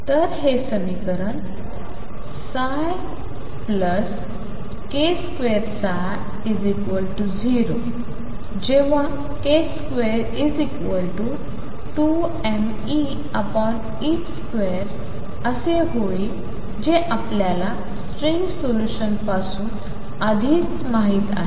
तर हे समीकरण k2ψ0 जेव्हा k22mE2असे होईल जे आपल्याला स्ट्रिंग सोल्यूशनपासून आधीच माहित आहे